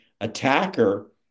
attacker